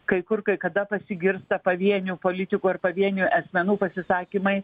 kai kur kai kada pasigirsta pavienių politikų ar pavienių esmenų pasisakymai